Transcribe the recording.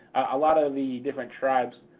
a lot of the different tribes,